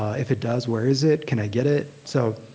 if it does, where is it? can i get it? so,